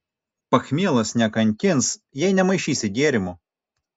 pachmielas nekankins jei nemaišysi gėrimų